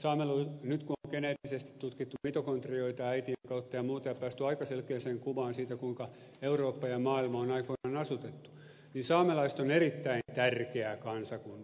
nyt kun on geneettisesti tutkittu mitokondrioita äitien kautta ja muuta ja päästy aika selkeään kuvaan siitä kuinka eurooppa ja maailma on aikoinaan asutettu niin saamelaiset ovat erittäin tärkeä kansakunta